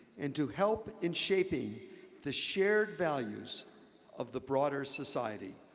and to help in shaping the shared values of the broader society.